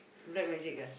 rap music ah